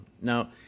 Now